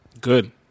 Good